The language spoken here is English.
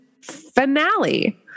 finale